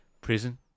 Prison